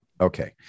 Okay